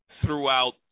throughout